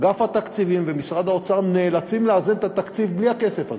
אגף התקציבים ומשרד האוצר נאלצים לאזן את התקציב בלי הכסף הזה.